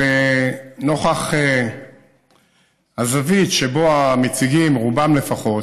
אבל נוכח הזווית שבה המציגים, רובם, לפחות,